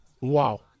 Wow